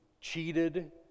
cheated